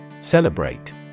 Celebrate